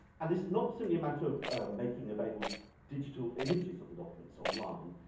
and it's not so only a matter of making available digital images of the documents online.